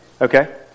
Okay